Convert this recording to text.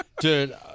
Dude